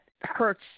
hurts